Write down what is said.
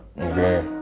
Okay